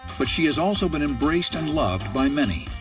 but she has also been embraced and loved by many.